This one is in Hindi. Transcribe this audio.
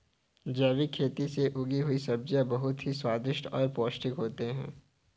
जैविक खेती से उगी हुई सब्जियां बहुत ही स्वादिष्ट और पौष्टिक होते हैं